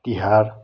Tihar